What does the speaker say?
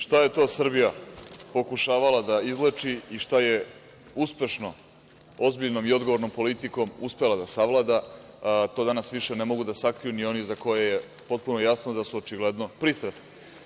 Šta je to Srbija pokušavala da izleči i šta je uspešno ozbiljnom i odgovornom politikom uspela da savlada, to danas više ne mogu da sakriju ni oni za koje je potpuno jasno da su očigledno pristrasni.